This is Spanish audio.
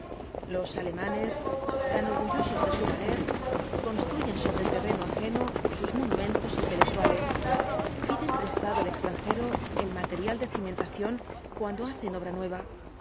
los alemanes tan orgullosos de su valer construyen sobre terreno ajeno sus monumentos intelectuales piden prestado al extranjero el material de cimentación cuando hacen obra nueva